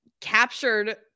captured